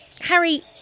Harry